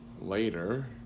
later